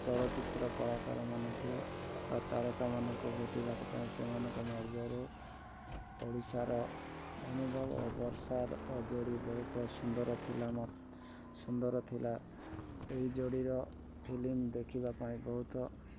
ଚଳଚ୍ଚିତ୍ର କଳାକାରମାନଙ୍କୁ ବା ତାରକାମାନଙ୍କୁ ଭେଟିବାକୁ ଚାହେଁ ସେମାନଙ୍କ ମଧ୍ୟରୁ ଓଡ଼ିଶାର ଅନୁଭବ ଓ ବର୍ଷାର ଯୋଡ଼ି ବହୁତ ସୁନ୍ଦର ଥିଲା ସୁନ୍ଦର ଥିଲା ଏଇ ଯୋଡ଼ିର ଫିଲ୍ମ ଦେଖିବା ପାଇଁ ବହୁତ